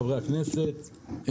חברי הכנסת,